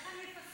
איך אני אפספס?